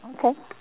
okay